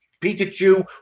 Pikachu